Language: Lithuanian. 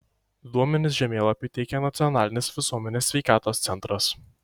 duomenis žemėlapiui teikia nacionalinis visuomenės sveikatos centras